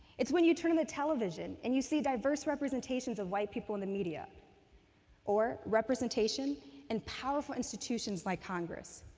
it's when you turn on the television and you see diverse representations of white people in the media or representation in powerful institutions like congress.